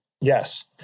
Yes